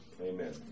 Amen